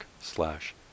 slash